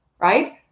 right